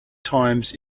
times